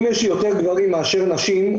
אם יש יותר גברים מאשר נשים,